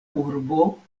urbo